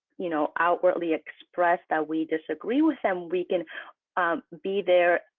you know, outwardly express that we disagree with them, we can be there,